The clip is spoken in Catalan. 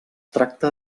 tracta